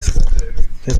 فکر